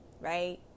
right